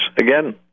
again